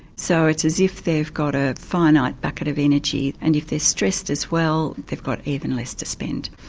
so it's as if they've got a finite bucket of energy and if they're stressed as well they've got even less to spend.